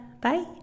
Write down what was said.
Bye